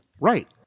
Right